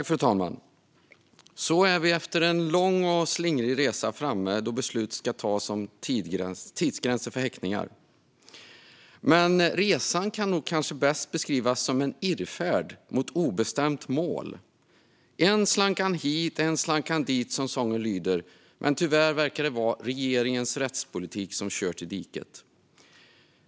Fru talman! Efter en lång och slingrig resa är vi framme vid att beslut ska tas om tidsgränser för häktningar. Men resan kan nog bäst beskrivas som en irrfärd mot obestämt mål. Än slank han hit, än slank han dit, som sången lyder, men tyvärr verkar det vara regeringens rättspolitik som har kört i diket.